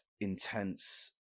intense